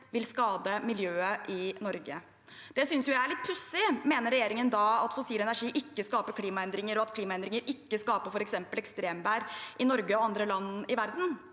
vil skade miljøet i Norge. Det synes jeg er litt pussig. Mener regjeringen at fossil energi ikke skaper klimaendringer, og at klimaendringer ikke skaper f.eks. ekstremvær i Norge og andre land i verden?